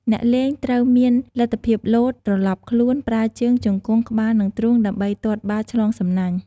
អ្នកលេងត្រូវមានលទ្ធភាពលោត ត្រឡប់ខ្លួន ប្រើជើង ជង្គង់ ក្បាល និងទ្រូងដើម្បីទាត់បាល់ឆ្លងសំណាញ់។